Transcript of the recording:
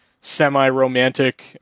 semi-romantic